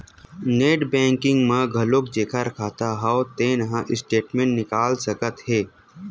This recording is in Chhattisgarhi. नेट बैंकिंग म घलोक जेखर खाता हव तेन ह स्टेटमेंट निकाल सकत हे